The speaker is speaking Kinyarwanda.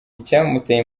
icyamuteye